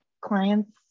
clients